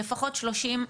לפחות 30%,